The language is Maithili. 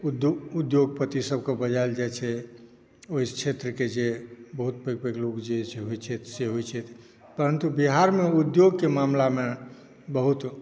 उद्योगपतिसभके बजायल जाइ छै ओहि क्षेत्रके जे बहुत पैघ पैघ लोक होइ छथि से होइ छथि परंतु बिहारमे उद्योगके मामलामे बहुत